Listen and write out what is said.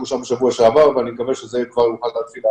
חבר'ה, איך זה יפתח את עולם התרבות?